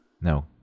No